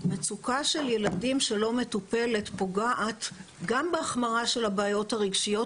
מצוקה של ילדים שלא מטופלת פוגעת גם בהחמרה של הבעיות הרגשיות,